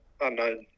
unknown